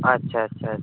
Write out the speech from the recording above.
আচ্ছা আচ্ছা আচ্ছা